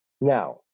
Now